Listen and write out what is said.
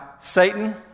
Satan